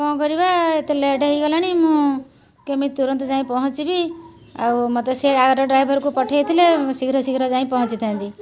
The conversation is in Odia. କ'ଣ କରିବା ଏତେ ଲେଟ୍ ହେଇଗଲାଣି ମୁଁ କେମିତି ତୁରନ୍ତ ଯାଇ ପହଞ୍ଚିବି ଆଉ ମତେ ସେ ଆର ଡ୍ରାଇଭର୍କୁ ପଠାଇଥିଲେ ଶୀଘ୍ର ଶୀଘ୍ର ଯାଇ ପହଞ୍ଚିଥାନ୍ତି